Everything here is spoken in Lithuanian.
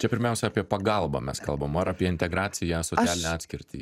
čia pirmiausia apie pagalbą mes kalbam ar apie integraciją socialinę atskirtį ir